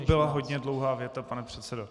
To byla hodně dlouhá věta, pane předsedo.